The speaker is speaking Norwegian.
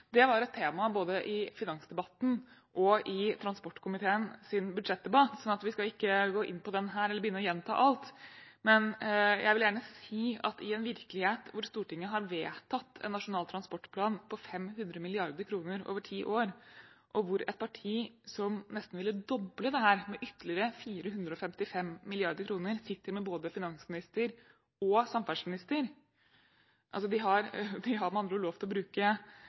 Det var et tema både i finansdebatten og i transportkomiteens budsjettdebatt, så vi skal ikke gå inn på dette her eller begynne å gjenta alt. Men jeg vil gjerne si at i en virkelighet hvor Stortinget har vedtatt en nasjonal transportplan på 500 mrd. kr over ti år, og hvor et parti som nesten ville doble dette med ytterligere 455 mrd. kr, sitter med både finansminister og samferdselsminister – de har med andre ord lovet å bruke